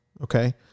okay